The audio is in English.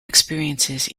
experiences